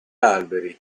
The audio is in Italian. alberi